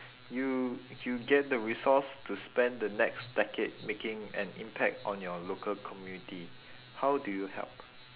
you you get the resource to spend the next decade making an impact on your local community how do you help